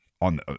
on